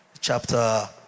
chapter